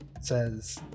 says